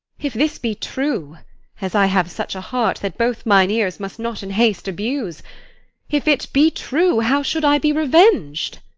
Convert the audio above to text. if this be true as i have such a heart that both mine ears must not in haste abuse if it be true, how should i be reveng'd?